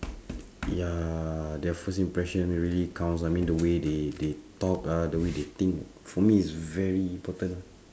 ya their first impression really counts ah I mean the way they they talk ah the way they think for me is very important